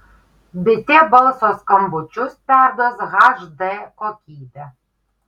bitė balso skambučius perduos hd kokybe